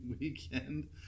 weekend